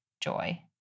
joy